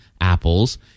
apples